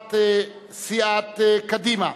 הצעת סיעת קדימה,